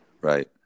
Right